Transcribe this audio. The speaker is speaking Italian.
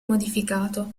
modificato